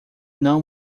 não